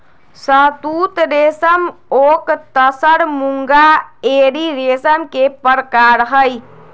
शहतुत रेशम ओक तसर मूंगा एरी रेशम के परकार हई